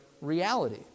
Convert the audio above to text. reality